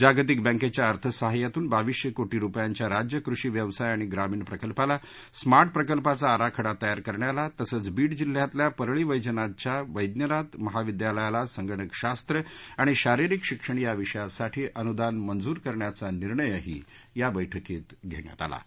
जागतिक बँकेच्या अर्थसहाय्यातून बावीसशे कोटी रूपयांच्या राज्य कृषी व्यवसाय आणि ग्रामीण प्रकल्पाला स्मार्ट प्रकल्पाचा आराखडा तयार करण्याला तसंच बीड जिल्ह्यातल्या परळी वैजनाथच्या वैद्यनाथ महाविद्यालयाला संगणकशास्त्र आणि शारीरिक शिक्षण या विषयांसाठी अनुदान मंजूर करण्याचा निर्णयही या बैठकीत घेण्यात आला आहे